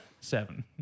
Seven